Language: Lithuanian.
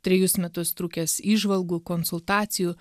trejus metus trukęs įžvalgų konsultacijų